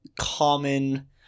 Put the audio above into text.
common